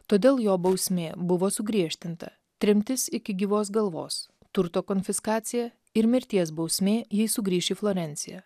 todėl jo bausmė buvo sugriežtinta tremtis iki gyvos galvos turto konfiskacija ir mirties bausmė jei sugrįš į florenciją